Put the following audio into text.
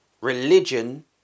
religion